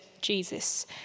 Jesus